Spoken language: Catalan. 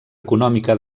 econòmica